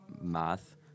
math